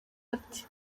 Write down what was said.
ati